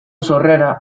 sorrera